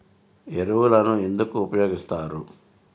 ఎరువులను ఎందుకు ఉపయోగిస్తారు?